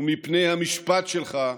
הוא המשפט שלך,